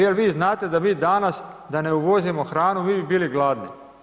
Je li vi znate da mi danas da ne uvozimo hranu mi bi bili glasni?